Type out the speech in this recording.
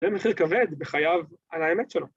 זה מחיר כבד בחייו על האמת שלו.